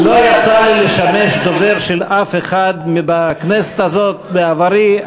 לא יצא לי לשמש דובר של אף אחד בכנסת הזאת בעברי,